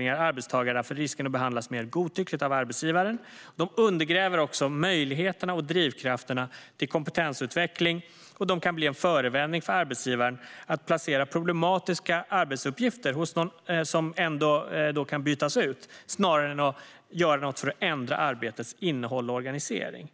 de arbetstagare för risken att behandlas mer godtyckligt av arbetsgivaren. De undergräver också möjligheterna och drivkrafterna till kompetensutveckling, och de kan bli en förevändning för arbetsgivaren att placera problematiska arbetsuppgifter hos någon som ändå kan bytas ut snarare än att ändra arbetets innehåll och organisering.